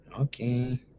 okay